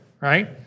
right